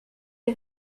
est